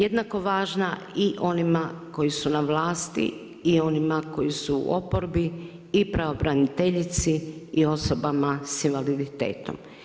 Jednako važna i onima koji su na vlasti i onima koji su oporbi i pravobraniteljici i osobama sa invaliditetom.